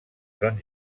son